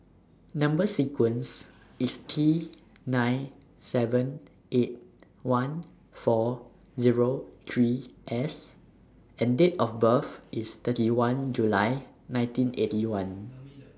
Number sequence IS T nine seven eight one four Zero three S and Date of birth IS thirty one July nineteen Eighty One